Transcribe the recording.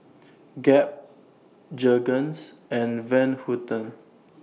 Gap Jergens and Van Houten